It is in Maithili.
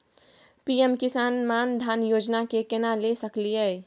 पी.एम किसान मान धान योजना के केना ले सकलिए?